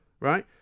right